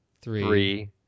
three